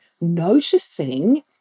noticing